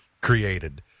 created